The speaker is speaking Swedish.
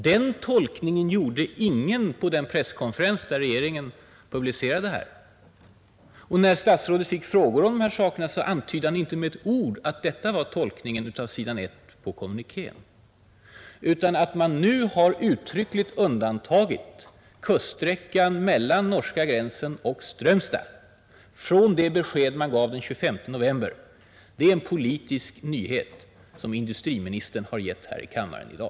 Men den tolkningen gjorde ingen på den presskonferens, där regeringen förklarade den här kommunikén. När statsrådet fick frågor om de här sakerna antydde han inte med ett ord att detta var tolkningen av sidan 1 i kommunikén. Att man nu uttryckligt har undantagit kuststräckan mellan norska gränsen och Strömstad från det besked man gav den 25 november förra året är delvis en politisk nyhet som industriministern har meddelat här i kammaren i dag.